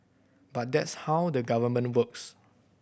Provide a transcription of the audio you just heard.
but that's how the Government works